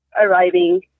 arriving